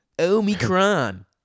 Omicron